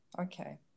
okay